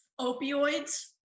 opioids